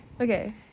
Okay